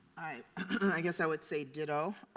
i guess i would say ditto.